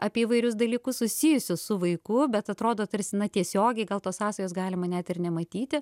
apie įvairius dalykus susijusius su vaiku bet atrodo tarsi na tiesiogiai gal tos sąsajos galima net ir nematyti